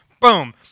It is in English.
Boom